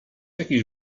jakiś